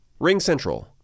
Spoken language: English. RingCentral